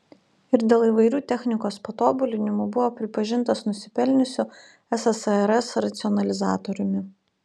ir dėl įvairių technikos patobulinimų buvo pripažintas nusipelniusiu ssrs racionalizatoriumi